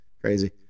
crazy